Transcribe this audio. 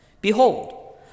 Behold